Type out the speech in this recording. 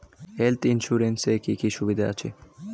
Health insurance এ কি কি সুবিধা আছে?